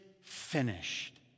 finished